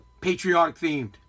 patriotic-themed